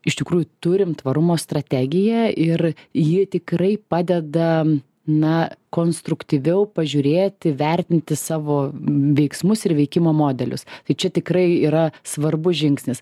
iš tikrųjų turim tvarumo strategiją ir ji tikrai padeda na konstruktyviau pažiūrėti vertinti savo veiksmus ir veikimo modelius tai čia tikrai yra svarbus žingsnis